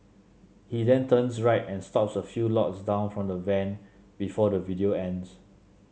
he then turns right and stops a few lots down from the van before the video ends